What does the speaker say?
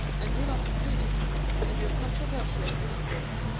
and do not include it in your controversial discourse.